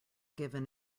given